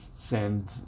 send